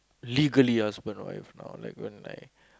legally husband or wife now like we aren't like